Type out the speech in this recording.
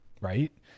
right